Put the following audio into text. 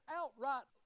outright